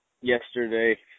yesterday